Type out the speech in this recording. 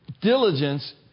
diligence